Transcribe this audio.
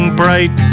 bright